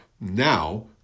Now